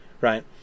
Right